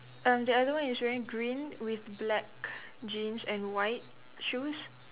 um the other one is wearing green with black jeans and white shoes